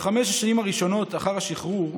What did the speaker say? בחמש השנים הראשונות לאחר השירות,